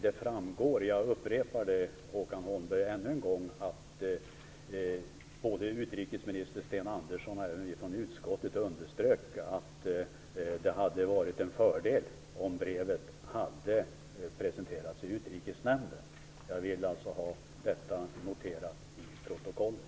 Det framgår - jag upprepar det ännu en gång, Håkan Holmberg - att både utrikesminister Sten Andersson och utskottet underströk att det hade varit en fördel om brevet hade presenterats i Utrikesnämnden. Jag vill ha detta noterat i protokollet.